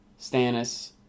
Stannis